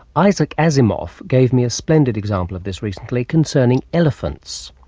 isaac asimov gave me a splendid example of this recently, concerning elephants.